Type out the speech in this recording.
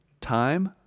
time